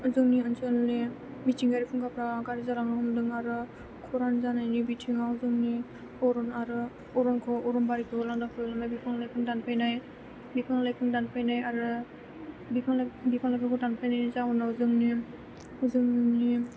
जोंनि ओनसोलनि मिथिंगायारि फुंखाफ्रा गारजि जालांनो हमदों आरो खरान जानायनि बिथिंआव जोंनि अरन आरो अरनबारिखौ लांदां खालामनाय बिफां लाइफां दानफायनाय आरो बिफां लाइफांखौ दानफायनायनि जाउनाव जोंनि